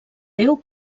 déu